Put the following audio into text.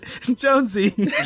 Jonesy